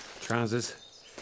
Trousers